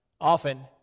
often